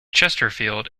chesterfield